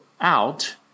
out